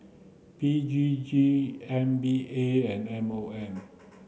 P G G M B A and M O M